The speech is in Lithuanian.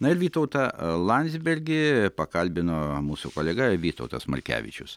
na ir vytautą landsbergį pakalbino mūsų kolega vytautas markevičius